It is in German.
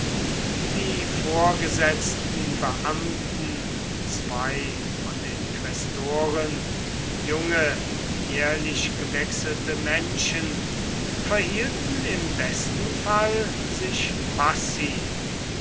die vorgesetzten beamten zwei von den quästoren junge jährlich gewechselte menschen verhielten im besten fall sich passiv